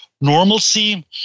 normalcy